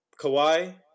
Kawhi